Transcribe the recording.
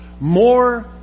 More